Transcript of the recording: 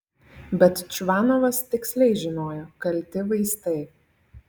bet čvanovas tiksliai žinojo kalti vaistai